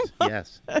yes